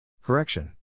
Correction